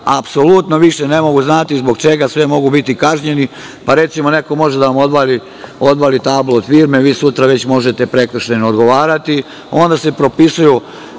apsolutno više ne mogu znati zbog čega sve mogu biti kažnjeni, pa recimo neko može da vam odvali tablu od firme, a vi sutra već možete prekršajno odgovarati, onda se propisuju